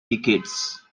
decades